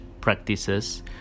practices